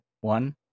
one